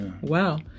Wow